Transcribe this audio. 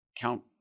count